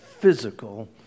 physical